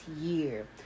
year